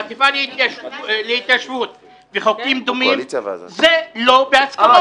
החטיבה להתיישבות וחוקים דומים זה לא בהסכמות.